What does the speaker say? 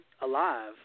alive